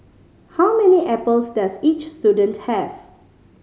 how many apples does each student have